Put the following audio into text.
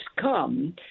come